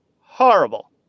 horrible